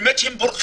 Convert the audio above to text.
באמת הם בורחים.